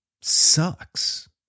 sucks